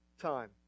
time